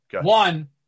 One